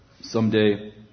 Someday